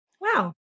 wow